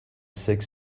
six